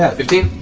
yeah fifteen.